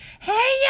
hey